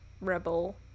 rebel